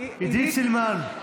עידית סילמן.